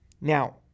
Now